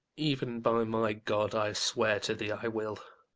even by my god i swear to thee i will.